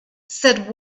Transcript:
said